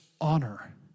honor